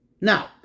Now